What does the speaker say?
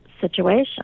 situation